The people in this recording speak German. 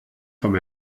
vom